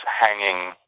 hanging